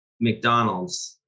McDonald's